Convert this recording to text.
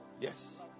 Yes